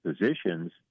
positions